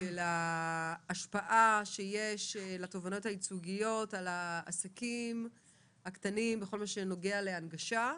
ולהשפעה שיש לתובענות הייצוגיות על העסקים הקטנים בכל מה שנוגע להנגשה,